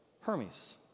Hermes